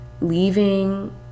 leaving